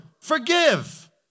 Forgive